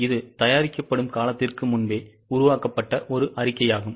இது தயாரிக்கப்படும் காலத்திற்கு முன்பே உருவாக்கப்பட்ட ஒரு அறிக்கையாகும்